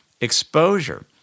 exposure